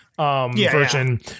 Version